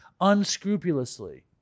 unscrupulously